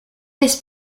this